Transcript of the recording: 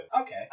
Okay